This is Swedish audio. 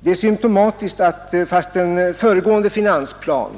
Det är symtomatiskt att fastän föregående finansplan